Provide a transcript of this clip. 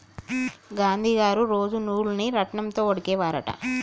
గాంధీ గారు రోజు నూలును రాట్నం తో వడికే వారు అంట